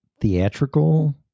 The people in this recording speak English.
theatrical